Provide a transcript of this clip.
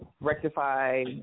rectify